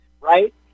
right